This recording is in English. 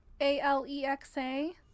A-L-E-X-A